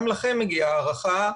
גם לכם מגיעה הערכה,